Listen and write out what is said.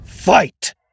FIGHT